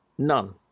None